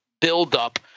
buildup